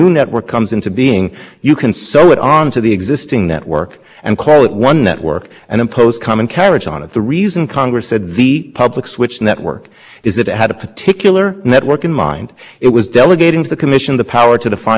network is that it had a particular network in mind it was delegating to the commission the power to find the balance of that network for purposes of making sure that all direct competitors pagers others were swept in to the same company to the same regulatory